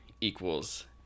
Equals